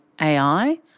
AI